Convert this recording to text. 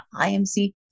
IMC